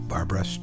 Barbara